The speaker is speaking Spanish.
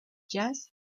jazz